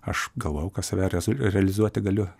aš galvojau kad save rezu realizuoti galiu